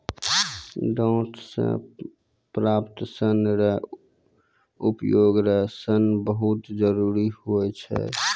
डांट से प्राप्त सन रो उपयोग रो सन बहुत जरुरी हुवै छै